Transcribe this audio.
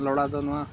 ᱞᱚᱲᱟ ᱫᱚ ᱱᱚᱣᱟ ᱠᱟᱱᱟ